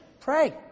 Pray